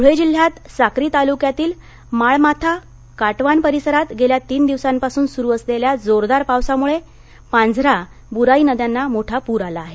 धुळे जिल्ह्यात साक्री तालुक्यातील माळमाथा काटवान परिसरात गेल्या तीन दिवसांपासून सुरु असलेल्या जोरदार पावसामुळे पांझरा बुराई नद्यांना मोठा पूर आला आहे